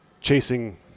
chasing